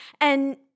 And-